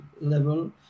level